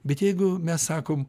bet jeigu mes sakom